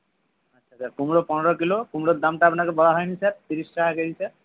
আচ্ছা স্যার কুমড়ো পনেরো কিলো কুমড়োর দামটা আপনাকে বলা হয় নি স্যার তিরিশ টাকা কেজি স্যার